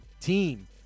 team